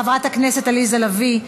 חברת הכנסת עליזה לביא,